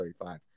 35